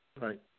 Right